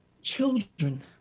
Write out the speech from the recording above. children